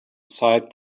side